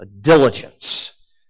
Diligence